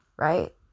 right